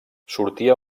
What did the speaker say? sortia